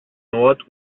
nord